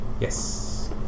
Yes